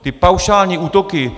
Ty paušální útoky...